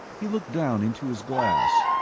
he looked down into his glass.